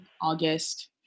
August